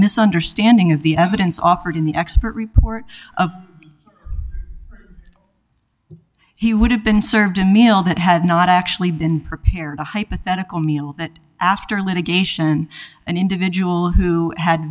misunderstanding of the evidence offered in the expert report of he would have been served a meal that had not actually been prepared a hypothetical meal after litigation an individual who had